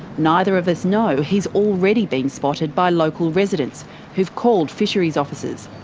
neither of us know he's already been spotted by local residents who've called fisheries officers.